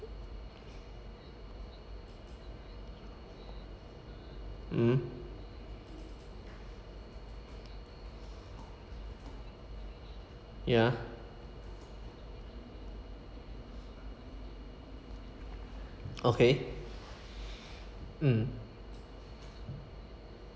mm ya okay mm